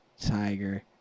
tiger